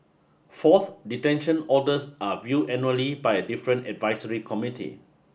fourth detention orders are viewed annually by different advisory committee